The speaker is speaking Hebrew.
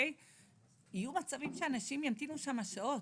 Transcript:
יהיו מצבים שאנשים ימתינו שם שעות.